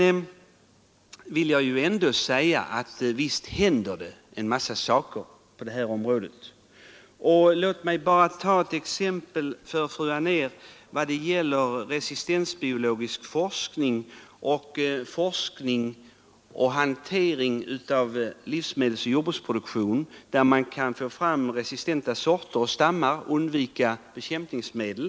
28 mars 1974 Sedan händer det ju ändå en massa saker på det här området. Låt mig ————— bara ta ett exempel, fru Anér. Jag tänker t.ex. på resistensbiologisk Jordbrukspolitiken, m.m. forskning och arbetet på att få fram resistenta sorter och stammar samt undvika bekämpningsmedel.